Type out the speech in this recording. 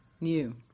new